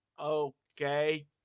Okay